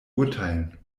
beurteilen